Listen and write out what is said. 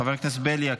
חבר הכנסת בליאק,